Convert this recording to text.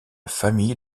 famille